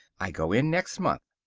i go in next month.